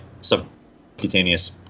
subcutaneous